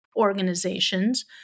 organizations